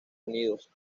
unidos